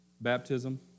Baptism